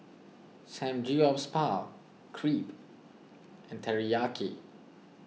Samgyeopsal Crepe and Teriyaki